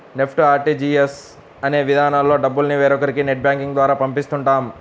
NEFT, RTGS అనే విధానాల్లో డబ్బుల్ని వేరొకరికి నెట్ బ్యాంకింగ్ ద్వారా పంపిస్తుంటాం